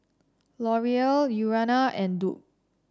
L'Oreal Urana and Doux